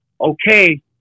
okay